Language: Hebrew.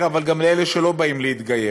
להתגייר, אבל גם לאלה שלא באים להתגייר.